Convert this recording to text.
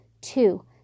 Two